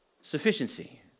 sufficiency